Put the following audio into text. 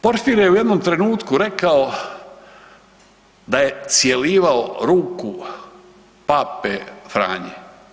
Porfirije je u jednom trenutku rekao da je cjelivao ruku pape Franje.